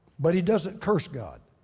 but he doesn't curse god.